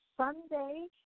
Sunday